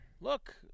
Look